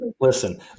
Listen